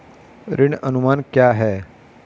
ऋण अनुमान क्या है?